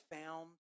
found